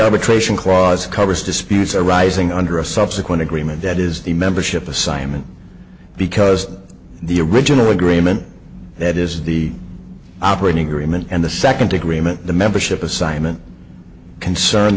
arbitration clause covers disputes arising under a subsequent agreement that is the membership assignment because the original agreement that is the operating agreement and the second agreement the membership assignment concerned